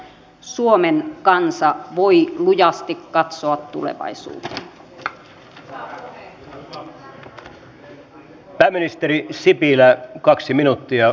edustaja kiurulla on aivan kohta ja edustaja hakkaraisella on nyt puheenvuoro